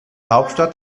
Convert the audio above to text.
hauptstadt